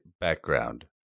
background